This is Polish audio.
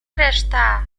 reszta